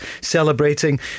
celebrating